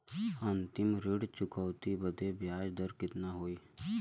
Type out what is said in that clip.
अंतिम ऋण चुकौती बदे ब्याज दर कितना होई?